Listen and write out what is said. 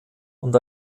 und